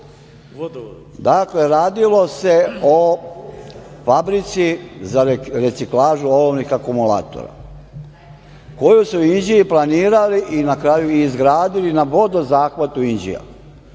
Dakle, radilo se o Fabrici za reciklažu olovnih akumulatora, koju su u Inđiji planirali i na kraju i izgradili na vodozahvatu Inđija.